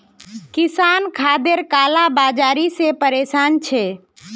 किसान खादेर काला बाजारी से परेशान छे